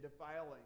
defiling